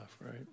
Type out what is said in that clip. right